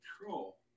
control